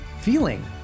feeling